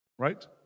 Right